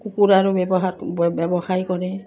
কুকুৰাৰো ব্যৱহাৰ ব্যৱসায় কৰে